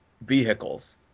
vehicles